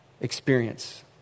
experience